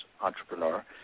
entrepreneur